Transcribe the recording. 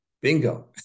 bingo